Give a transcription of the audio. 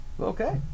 Okay